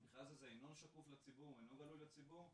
המכרז הזה אינו שקוף לציבור, אינו גלוי לציבור.